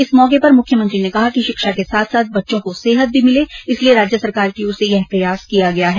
इस मौके पर मुख्यमंत्री ने कहा कि शिक्षा के साथ साथ बच्चों को सेहत भो मिले इसलिये राज्य सरकार की ओर से यह प्रयास किया गया है